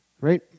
right